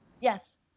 Yes